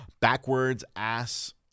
backwards-ass